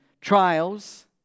trials